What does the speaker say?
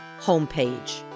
homepage